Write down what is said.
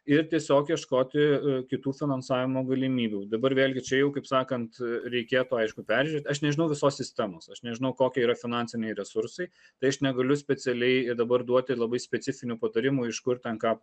ir tiesiog ieškoti kitų finansavimo galimybių dabar vėlgi čia jau kaip sakant reikėtų aišku peržiūrėt aš nežinau visos sistemos aš nežinau kokie yra finansiniai resursai tai aš negaliu specialiai ir dabar duoti labai specifinių patarimų iš kur ten ką